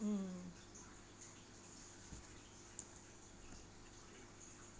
mm